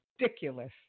ridiculous